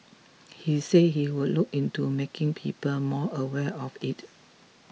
he said he would look into making people more aware of it